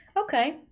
Okay